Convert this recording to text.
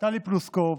טלי פלוסקוב,